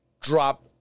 drop